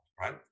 Right